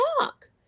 talk